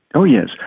oh yes,